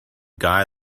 guy